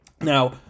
Now